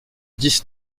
dix